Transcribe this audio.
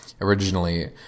Originally